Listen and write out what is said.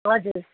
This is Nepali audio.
हजुर